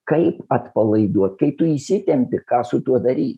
kaip atpalaiduot kai tu įsitempi ką su tuo daryt